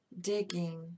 digging